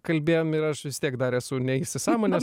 kalbėjom ir aš vis tiek dar esu neįsisąmoninęs